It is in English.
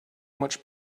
much